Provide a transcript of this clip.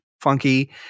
funky